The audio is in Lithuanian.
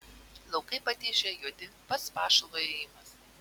laukai patižę juodi pats pašalo ėjimas